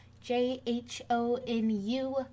j-h-o-n-u